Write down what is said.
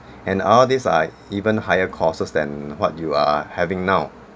and all these are even higher costs than what you are having now